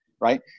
Right